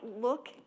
look